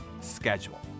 schedule